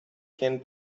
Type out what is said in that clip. can